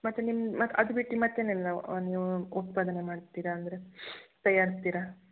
ಮತ್ತೆ ನಿಮ್ಮ ಮತ್ತೆ ಅದ್ಬಿಟ್ಟು ಮತ್ತೇನೇನು ನೀವು ಉತ್ಪಾದನೆ ಮಾಡ್ತೀರ ಅಂದರೆ ತಯಾರಿಸ್ತೀರ